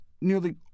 nearly